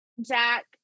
Jack